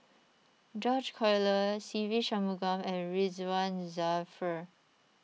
George Collyer Se Ve Shanmugam and Ridzwan Dzafir